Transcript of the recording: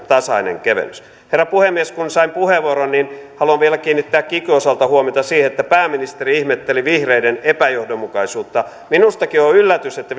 tasainen kevennys herra puhemies kun sain puheenvuoron niin haluan vielä kiinnittää kikyn osalta huomiota siihen että pääministeri ihmetteli vihreiden epäjohdonmukaisuutta minustakin on yllätys että